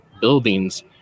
buildings